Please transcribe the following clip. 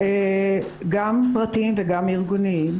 גם פרטיים וגם ארגוניים.